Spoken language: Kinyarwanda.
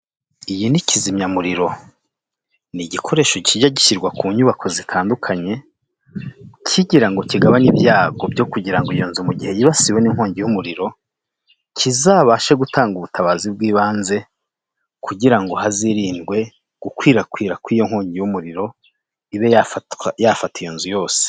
Iyi ni kizimyamuriro ni igikoresho kijya gishyirwa ku nyubako zitandukanye kigira ngo kigabanye ibyago byo kugira ngo iyo nzu mu gihe yibasiwe n'inkongi y'umuriro cyizabashe gutanga ubutabazi bw'ibanze kugira ngo hazirindwe gukwirakwira kw'iyo nkongi y'umuriro ibe yafata iyo nzu yose.